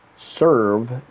serve